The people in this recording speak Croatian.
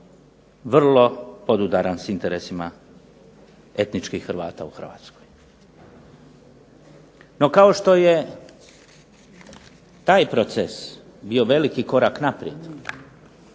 vrlo podudaran s interesima etničkih Hrvata u Hrvatskoj. NO, kao što je taj proces bio veliki korak naprijed,